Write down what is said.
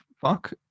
fuck